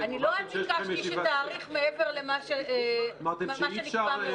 אני לא ביקשתי שתאריך מעבר למה שנקבע מראש.